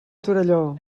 torelló